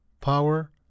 power